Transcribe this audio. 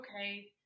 okay